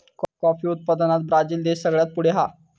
coffee उत्पादनात Brazil देश सगळ्यात पुढे हा